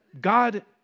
God